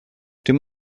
dem